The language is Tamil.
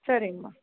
சரிங்கம்மா